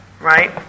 Right